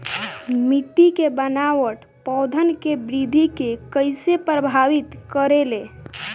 मिट्टी के बनावट पौधन के वृद्धि के कइसे प्रभावित करे ले?